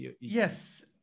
Yes